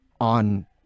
on